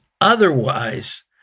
Otherwise